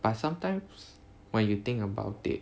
but sometimes when you think about it